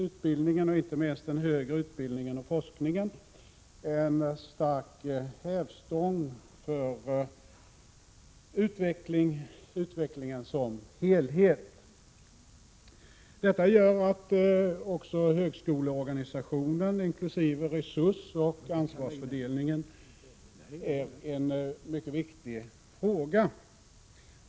Utbildningen, inte minst den högre utbildningen och forskningen, är en stark hävstång för utvecklingen som helhet. Detta gör att också högskoleorganisationen, inkl. resursoch ansvarsfördelningen, är en mycket viktig fråga.